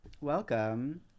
Welcome